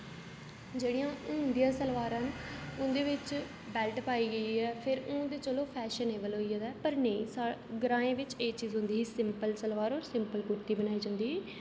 जेह्ड़ियां हून दियां सलवारां न उं'दे बिच बेल्ट पाइयै फिर हून ते चलो फैशनेबल होई गेदा ऐ पर नेईं साढ़े ग्रांएं बिच एह् चीज होंदी ही सिंपल सलवार होर सिंपल कुर्ती बनाई जंदी ही